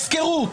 הפקרות.